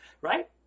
right